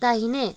दाहिने